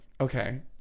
okay